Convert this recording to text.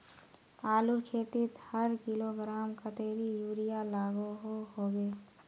आलूर खेतीत हर किलोग्राम कतेरी यूरिया लागोहो होबे?